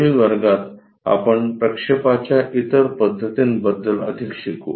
पुढील वर्गात आपण प्रक्षेपाच्या इतर पद्धतींबद्दल अधिक शिकू